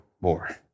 more